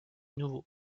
nouveau